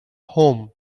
home